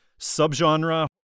subgenre